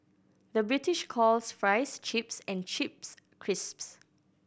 the British calls fries chips and chips crisps